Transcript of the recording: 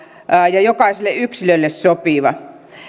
ja jokaiselle yksilölle sopiva